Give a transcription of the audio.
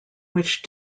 which